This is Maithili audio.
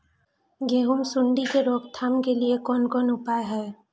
गेहूँ सुंडी के रोकथाम के लिये कोन कोन उपाय हय?